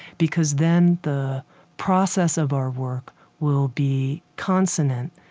because then the process of our work will be consonant,